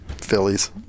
Phillies